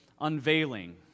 unveiling